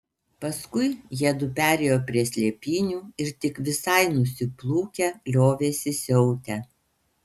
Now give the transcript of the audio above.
paskui jiedu perėjo prie slėpynių ir tik visai nusiplūkę liovėsi siautę